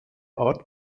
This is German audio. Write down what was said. art